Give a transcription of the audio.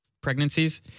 pregnancies